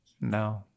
No